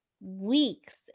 weeks